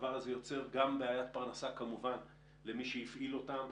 הדבר יוצר בעיית פרנסה למי שהפעיל אותם,